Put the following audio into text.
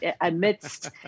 amidst